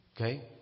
Okay